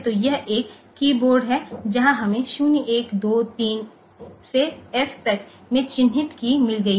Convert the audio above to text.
तो यह एक कीयबोर्ड है जहां हमें 0 1 2 3 f तक में चिह्नित कीय मिल गई है